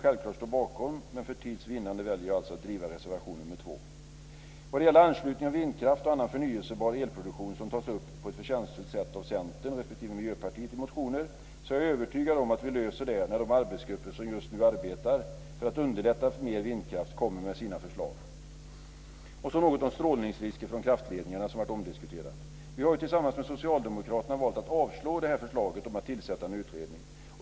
Självfallet står vi bakom den, men för tids vinnande väljer jag att yrka bifall bara till reservation nr 2. Vad gäller anslutning av vindkraft och annan förnyelsebar elproduktion, som tas upp på ett förtjänstfullt sätt i motioner av Centern respektive Miljöpartiet, är jag övertygad om att det är en fråga som vi löser när de arbetsgrupper som just nu arbetar för att underlätta för mer vindkraft kommer med sina förslag. Vidare något om de omdiskuterade riskerna för strålning från kraftledningar. Vi har tillsammans med socialdemokraterna valt att avstyrka förslaget om att tillsätta en utredning.